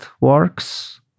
works